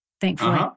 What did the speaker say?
thankfully